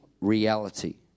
reality